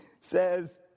says